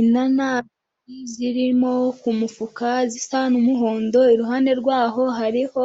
Inanasi ziri mu mufuka zisa n'umuhondo, iruhande rwaho hariho